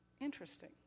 Interesting